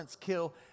kill